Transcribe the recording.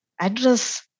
address